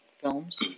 films